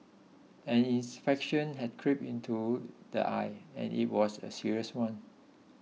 an had crept into the eye and it was a serious one